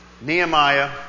Nehemiah